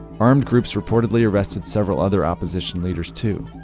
armed groups reportedly arrested several other opposition leaders too.